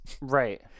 right